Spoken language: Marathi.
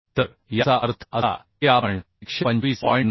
तर याचा अर्थ असा की आपण 125